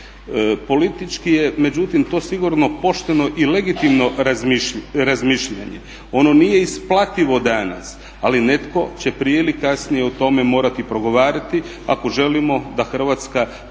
Politički je međutim to sigurno pošteno i legitimno razmišljanje. Ono nije isplativo danas, ali netko će prije ili kasnije o tome morati progovarati ako želimo da Hrvatska